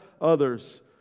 others